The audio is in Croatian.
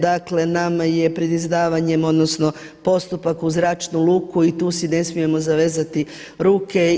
Dakle, nama je pred izdavanjem, odnosno postupak za Zračnu luku i tu si ne smijemo zavezati ruke.